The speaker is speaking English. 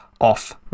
Off